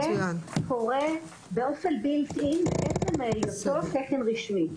זה קורה באופן בילד-אין מעצם היותו תקן רשמי.